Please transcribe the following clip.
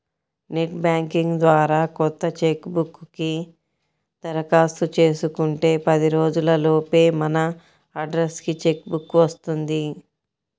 net banking ద్వారా కొత్త cheque book కి దరఖాస్తు చేసుకుంటే పది రోజుల లోపే మన అడ్రస్ కి చెక్ బుక్ వస్తుంది